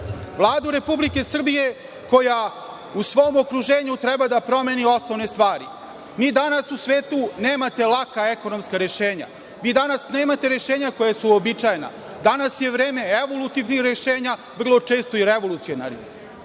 Republike Srbije koja u svom okruženju treba da promeni osnovne stvari. Danas u svetu nemate laka ekonomska rešenja. Danas nemate rešenja koja su uobičajena. Danas je vreme evolutivnih rešenja, vrlo često i revolucionarnih.